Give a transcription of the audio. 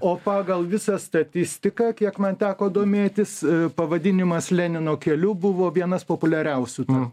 o pagal visą statistiką kiek man teko domėtis pavadinimas lenino keliu buvo vienas populiariausių tarp